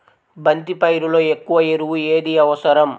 బంతి పైరులో ఎక్కువ ఎరువు ఏది అవసరం?